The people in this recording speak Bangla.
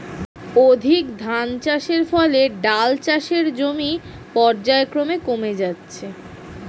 অধিক ধানচাষের ফলে ডাল চাষের জমি পর্যায়ক্রমে কমে যাচ্ছে